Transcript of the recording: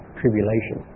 tribulation